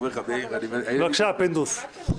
בבקשה, פינדרוס.